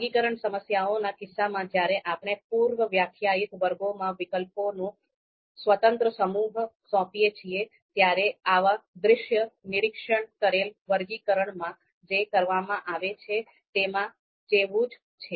વર્ગીકરણ સમસ્યાઓના કિસ્સામાં જ્યારે આપણે પૂર્વવ્યાખ્યાયિત વર્ગોમાં વિકલ્પોનો સ્વતંત્ર સમૂહ સોંપીએ છીએ ત્યારે આવા દૃશ્ય નિરીક્ષણ કરેલ વર્ગીકરણમાં જે કરવામાં આવે છે તેના જેવું જ છે